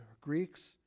Greeks